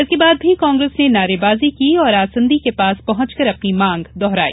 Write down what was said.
इसके बाद भी कांग्रेस ने नारेबाजी की और आसंदी के पास पहुंचकर अपनी मांग दोहराई